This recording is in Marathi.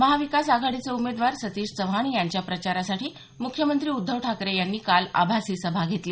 महाविकास आघाडीचे उमेदवार सतीश चव्हाण यांच्या प्रचारासाठी मुख्यमंत्री उद्धव ठाकरे यांनी काल आभासी सभा घेतली